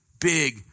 big